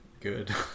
good